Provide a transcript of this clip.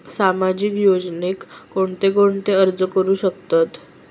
सामाजिक योजनेक कोण कोण अर्ज करू शकतत?